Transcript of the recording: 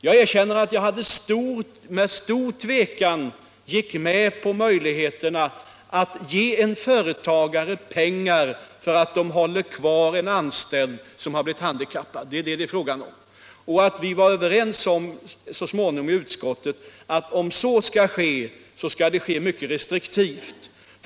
Jag erkänner att det var med stor tvekan som jag gick med på att företagare skall kunna få pengar för att de håller kvar en anställd som har blivit handikappad. Vi var i utskottet överens om att om en sådan möjlighet medgavs skulle den utnyttjas mycket restriktivt.